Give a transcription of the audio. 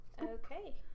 Okay